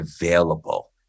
available